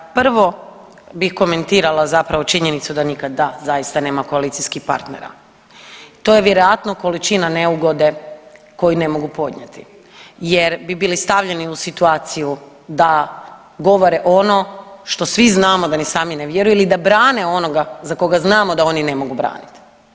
Prvo bih komentirala zapravo činjenicu da nikad da zaista nema koalicijskih partnera, to je vjerojatno količina neugode koju ne mogu podnijeti jer bi bili stavljeni u situaciju da govore ono što svi znamo da ni sami ne vjeruju ili da brane onoga za koga znamo da oni ne mogu branit.